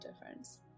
difference